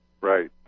Right